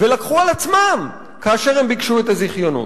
ולקחו על עצמם כאשר הם ביקשו את הזיכיונות.